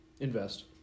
Invest